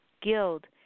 Guild